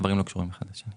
הדברים לא קשורים אחד לשני.